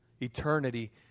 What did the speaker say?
Eternity